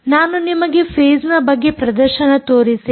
ನಾನು ನಿಮಗೆ ಫೇಸ್ನ ಬಗ್ಗೆ ಪ್ರದರ್ಶನದಲ್ಲಿ ತೋರಿಸಿಲ್ಲ